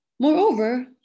Moreover